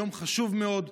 יום חשוב מאוד.